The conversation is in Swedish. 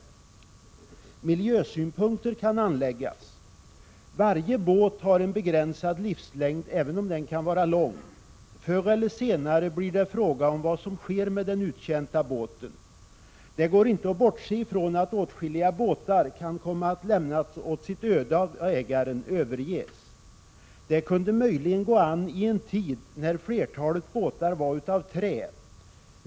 Även miljösynpunkter kan anläggas. Varje båt har en begränsad livslängd, även om denna kan vara lång. Förr eller senare blir det fråga om vad som sker med den uttjänta båten. Det går inte att bortse från att åtskilliga båtar kan komma att lämnas åt sitt öde, överges, av ägaren. Detta kunde möjligen gå an i en tid när flertalet småbåtar var av trä.